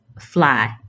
fly